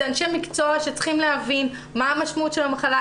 אלה אנשי מקצוע שצריכים להבין מה המשמעות של המחלה,